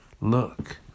Look